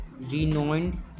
renowned